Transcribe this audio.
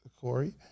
Corey